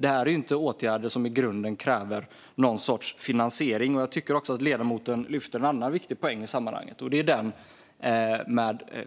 Detta är inte åtgärder som i grunden kräver någon sorts finansiering. Jag tycker också att ledamoten lyfter fram en annan viktig poäng i sammanhanget, nämligen